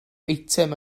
eitem